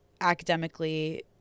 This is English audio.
academically